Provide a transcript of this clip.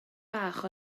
bach